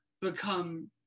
become